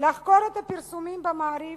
לחקור את הפרסומים ב"מעריב"